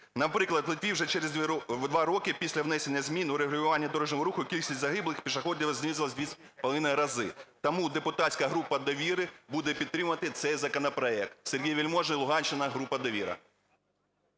Наприклад, в Литві вже через 2 роки після внесення змін у регулювання дорожнього руху кількість загиблих пішоходів знизилась в два з половиною рази. Тому депутатська група "Довіра" буде підтримувати цей законопроект. Сергій Вельможний, Луганщина, група "Довіра".